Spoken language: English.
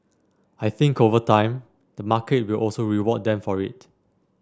I think over time the market will also reward them for it